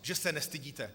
Že se nestydíte!